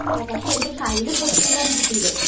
ആ പക്ഷേ എൻ്റെ കൈയിൽ പൊട്ടിയിട്ടാണ് കിട്ടിയത്